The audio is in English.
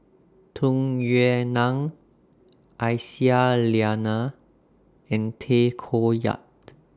Tung Yue Nang Aisyah Lyana and Tay Koh Yat